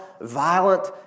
violent